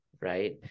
right